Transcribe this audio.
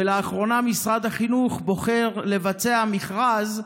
ולאחרונה משרד החינוך בוחר לבצע מכרז,